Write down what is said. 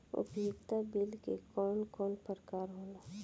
उपयोगिता बिल के कवन कवन प्रकार होला?